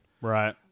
Right